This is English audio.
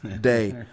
day